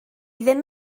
ddim